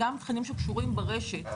גם תכנים שקשורים ברשת,